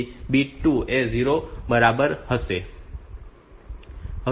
તેથી બીટ 2 એ 0 ની બરાબર હશે